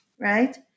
right